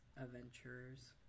adventurers